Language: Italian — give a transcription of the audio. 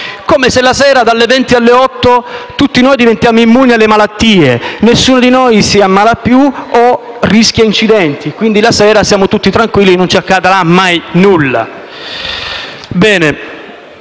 come se la sera, dalle ore 20 fino alle ore 8, tutti diventiamo immuni alle malattie: nessuno di noi si ammala più o rischia incidenti; quindi, la sera siamo tutti tranquilli che non ci accadrà mai nulla.